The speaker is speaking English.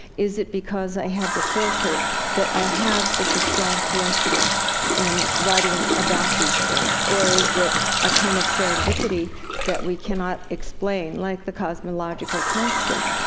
is it because i had the filter that i have such a strong coincidence in writing about these things? or is it a kind of serendipity that we cannot explain, like the cosmological constant?